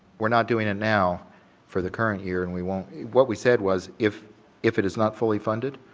we're not doing it now for the current year and we won't what we said was if if it is not fully funded.